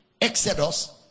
exodus